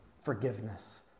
forgiveness